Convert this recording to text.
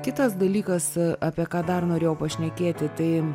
kitas dalykas apie ką dar norėjau pašnekėti tai